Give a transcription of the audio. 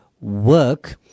work